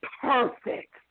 perfect